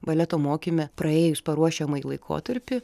baleto mokyme praėjus paruošiamąjį laikotarpį